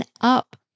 up